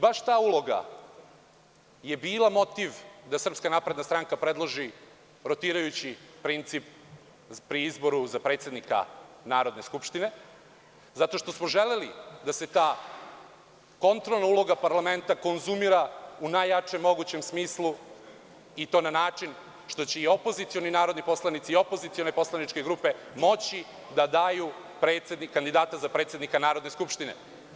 Baš ta uloga je bila motiv da SNS predloži rotirajući princip pri izboru za predsednika Narodne skupštine, zato što smo želeli da se ta kontrolna uloga parlamenta konzumira u najjačem mogućem smislu i to na način što će i opozicioni narodni poslanici i opozicione poslaničke grupe moći da daju kandidata za predsednika Narodne skupštine.